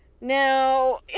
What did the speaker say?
Now